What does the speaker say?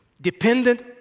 dependent